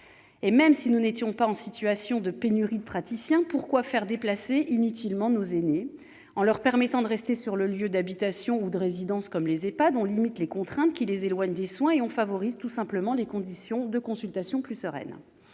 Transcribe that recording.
même si nous n'étions pas en situation de pénurie de praticiens, pourquoi imposer à nos aînés des déplacements inutiles ? En leur permettant de rester sur leurs lieux d'habitation ou de résidence, comme les EHPAD, on limite les contraintes qui les éloignent des soins et l'on favorise, tout simplement, des conditions de consultation plus sereines.